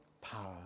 power